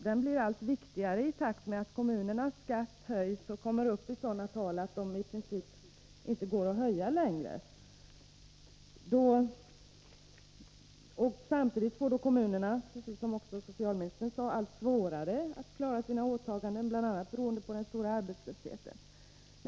Detta blir allt viktigare i takt med att kommunernas skatt höjs och kommer upp i sådana tal att den i princip inte längre går att höja. Samtidigt får kommunerna, som socialministern sade, allt svårare att klara sina åtaganden, bl.a. beroende på den stora arbetslösheten.